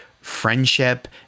friendship